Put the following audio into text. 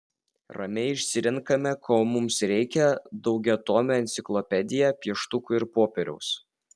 ramiai išsirenkame ko mums reikia daugiatomę enciklopediją pieštukų ir popieriaus